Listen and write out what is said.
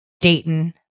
Dayton